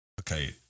okay